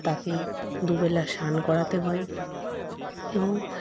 তাকে দু বেলা স্নান করাতে হয় এবং